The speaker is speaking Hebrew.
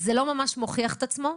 זה לא ממש מוכיח את עצמו.